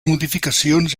modificacions